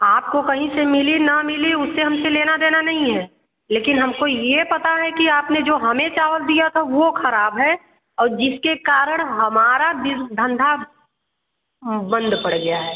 आपको कहीं से मिली ना मिली उससे हमसे लेना देना नहीं है लेकिन हमको ये पता है कि आपने जो हमें चावल दिया था वो खराब है और जिसके कारण हमारा बिज धंधा बंद पड़ गया है